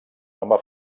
nova